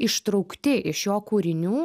ištraukti iš jo kūrinių